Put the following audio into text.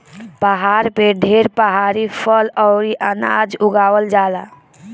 पहाड़ पे ढेर पहाड़ी फल अउरी अनाज उगावल जाला